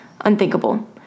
Unthinkable